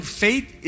faith